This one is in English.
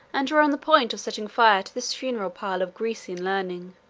and were on the point of setting fire to this funeral pile of grecian learning,